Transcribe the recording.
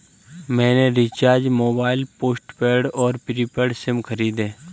मैंने recharge mobile postpaid और prepaid SIM खरीदे